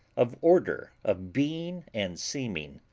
of order, of being and seeming,